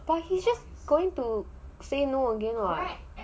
then he's just going to say no only